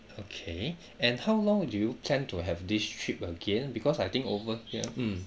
okay and how long do you plan to have this trip again because I think over here mm